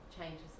changes